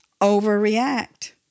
overreact